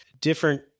different